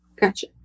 Gotcha